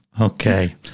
okay